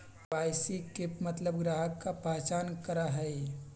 KYC के मतलब ग्राहक का पहचान करहई?